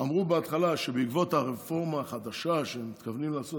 אמרו בהתחלה שבעקבות הרפורמה החדשה שמתכוונים לעשות,